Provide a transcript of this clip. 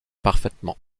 parfaitement